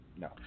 no